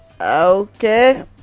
Okay